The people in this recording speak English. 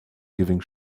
giving